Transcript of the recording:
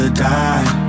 die